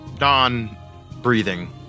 non-breathing